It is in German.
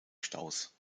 staus